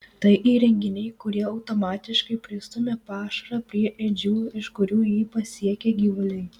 tai įrenginiai kurie automatiškai pristumia pašarą prie ėdžių iš kurių jį pasiekia gyvuliai